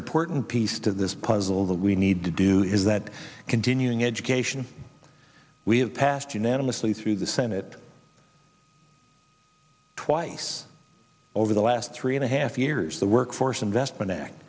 important piece to this puzzle that we need to do is that continuing education we have passed unanimously through the senate twice over the last three and a half years the workforce investment act